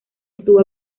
estuvo